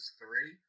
three